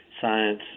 science